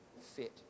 fit